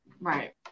right